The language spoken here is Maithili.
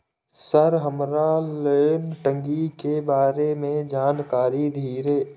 सर हमरा लोन टंगी के बारे में जान कारी धीरे?